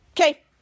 okay